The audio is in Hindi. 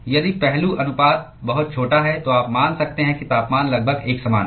यदि पहलू अनुपात बहुत छोटा है तो आप मान सकते हैं कि तापमान लगभग एक समान है